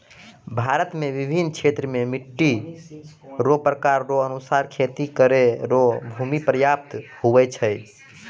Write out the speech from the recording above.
भारत मे बिभिन्न क्षेत्र मे मट्टी रो प्रकार रो अनुसार खेती करै रो भूमी प्रयाप्त हुवै छै